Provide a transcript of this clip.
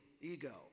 ego